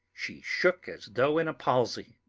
she shook as though in a palsy.